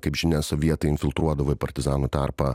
kaip žinia sovietai infiltruodavo į partizanų tarpą